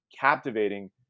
captivating